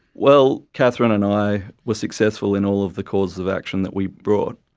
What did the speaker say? well, catherine and i were successful in all of the causes of action that we brought.